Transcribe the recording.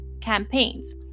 campaigns